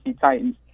Titans